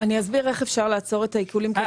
אני אסביר איך אפשר לעצור את העיקולים.